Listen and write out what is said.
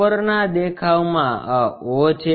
ઉપરનાં દેખાવમાં આ o છે